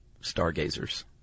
stargazers